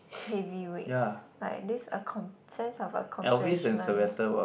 heavy weights like this accom~ sense of accomplishment